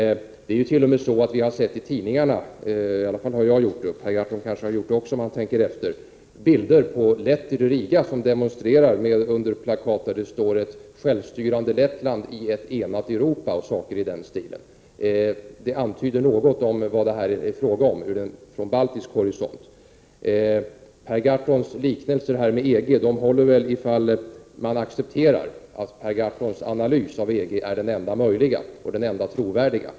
Vi har ju t.o.m. sett i tidningarna — i varje fall har jag gjort det, och det kanske även Per Gahrton har gjort, om han tänker efter — bilder på letter i Riga som demonstrerar under plakat där det står ”Ett självstyrande Lettland i ett enat Europa” och annat i den stilen. Det antyder vad det är fråga om från baltisk horisont. Per Gahrtons liknelser med EG håller kanske, om man accepterar att Per Gahrtons analys av EG är den enda möjliga och enda trovärdiga.